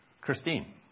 Christine